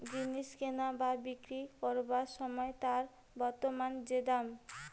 জিনিস কিনা বা বিক্রি কোরবার সময় তার বর্তমান যে দাম